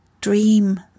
Dream